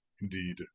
Indeed